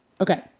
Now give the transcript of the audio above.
Okay